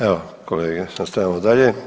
Evo, kolege, nastavljamo dalje.